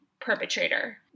perpetrator